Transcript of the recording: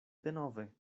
denove